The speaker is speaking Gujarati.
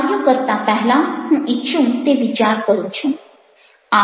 કાર્ય કરતાં પહેલાં હું ઇચ્છું તે વિચાર કરું છું